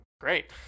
great